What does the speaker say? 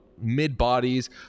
mid-bodies